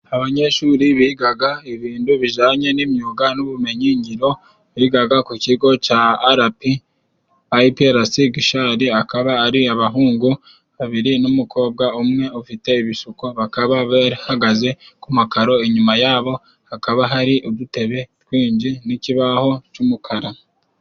Abanyeshuri bigaga ibintu bijanye n'imyuga n'ubumenyi ngiro， bigaga ku kigo cya arapi，ayipiyarasi Gishari， akaba ari abahungu babiri n'umukobwa umwe， ufite ibisuko bakaba bahagaze ku makaro，inyuma yabo hakaba hari udutebe twinshi n'ikibaho cy'umukara.